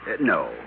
no